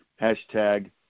Hashtag